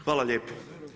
Hvala lijepo.